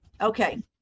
okay